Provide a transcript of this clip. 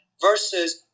versus